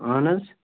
اَہَن حظ